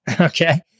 okay